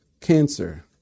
cancer